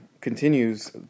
continues